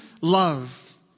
love